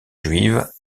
juive